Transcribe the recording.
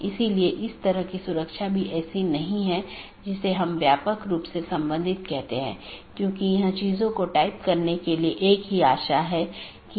इसलिए सूचनाओं को ऑटॉनमस सिस्टमों के बीच आगे बढ़ाने का कोई रास्ता होना चाहिए और इसके लिए हम BGP को देखने की कोशिश करते हैं